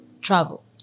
travel